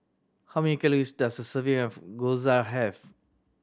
how many calories does a serving of Gyoza have